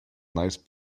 nice